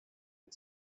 had